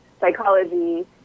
psychology